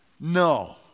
No